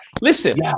Listen